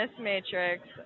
Matrix